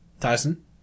Tyson